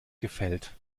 gefällt